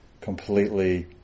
completely